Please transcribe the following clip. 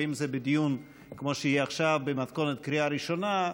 או אם זה בדיון כמו שיהיה עכשיו במתכונת קריאה ראשונה,